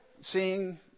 seeing